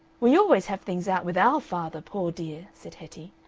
we always have things out with our father, poor dear! said hetty.